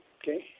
okay